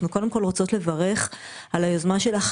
אנחנו קודם כל רוצות לברך על היוזמה שלך,